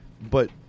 But-